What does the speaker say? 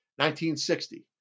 1960